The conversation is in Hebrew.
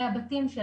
מהבתים,